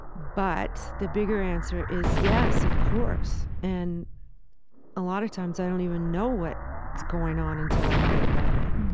but the bigger answer is yes, of course. and a lot of times, i don't even know what is going on until i write about it.